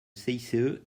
cice